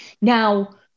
Now